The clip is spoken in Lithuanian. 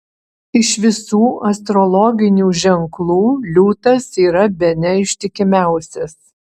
iš visų astrologinių ženklų liūtas yra bene ištikimiausias